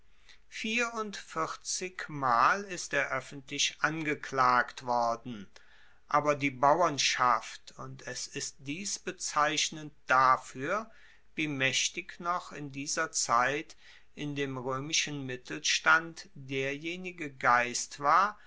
vierundvierzigmal ist er oeffentlich angeklagt worden aber die bauernschaft und es ist dies bezeichnend dafuer wie maechtig noch in dieser zeit in dem roemischen mittelstand derjenige geist war